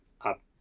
up